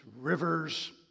rivers